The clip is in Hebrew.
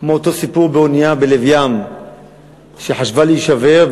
כמו אותו סיפור על אונייה בלב ים שחישבה להישבר,